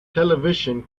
television